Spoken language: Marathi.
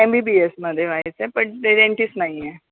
एम बी बी एसमध्ये घ्यायचे आहे पण प्रेसेंटीस नाही आहे